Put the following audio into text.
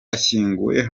ashyinguwe